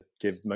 give